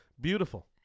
beautiful